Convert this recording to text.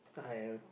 I